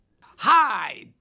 Hi